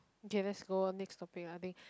okay let's go on next topic lah i think